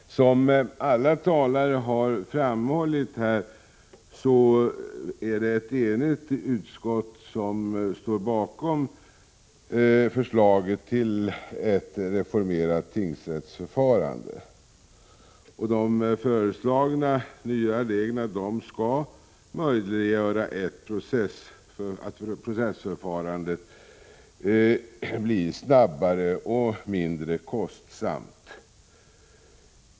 Herr talman! Som alla talare har framhållit är det ett enigt utskott som står bakom förslaget till ett reformerat tingsrättsförfarande. De föreslagna nya reglerna skall möjliggöra att processförfarandet blir snabbare och mindre kostsamt.